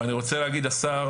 אבל אני רוצה להגיד השר,